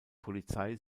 polizei